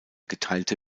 geteilte